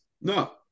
No